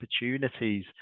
opportunities